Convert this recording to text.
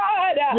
God